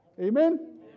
Amen